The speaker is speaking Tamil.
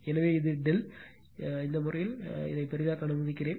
எனவே இது ∆ எனவே இந்த முறையில் பெரிதாக்க அனுமதிக்கிறேன்